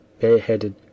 bareheaded